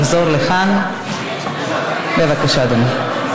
לחזור לכאן, בבקשה, אדוני.